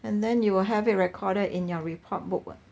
and then you will have a recorded in your report book [what]